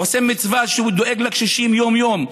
עושה מצווה שהוא דואג לקשישים יום-יום.